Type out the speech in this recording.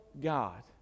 god